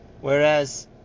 Whereas